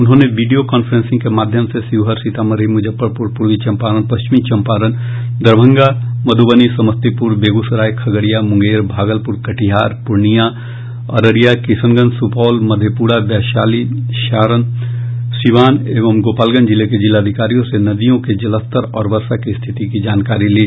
उन्होंने video conferencing के माध्यम से शिवहर सीतामढ़ी मुजफ्फरपुर पूर्वी चम्पारण पश्चिमी चम्पारण दरभंगा मध्रबनी समस्तीपुर बेगूसराय खगड़िया मुंगेर भागलपुर कटिहार पूर्णिया अररिया किशनगंज सुपौल मधेपुरा वैशाली सारण सीवान एवं गोपालगंज जिले के जिलाधिकारियों से नदियों के जलस्तर और वर्षा की स्थिति की जानकारी ली